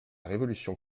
révolution